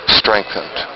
strengthened